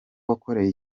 wakoreye